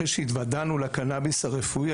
אחרי שהתוודענו לקנביס הרפואי.